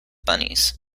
bunnies